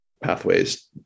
pathways